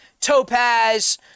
topaz